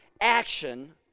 action